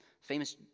famous